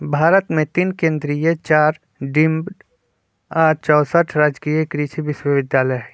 भारत मे तीन केन्द्रीय चार डिम्ड आ चौसठ राजकीय कृषि विश्वविद्यालय हई